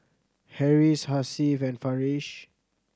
Harris Hasif and Farish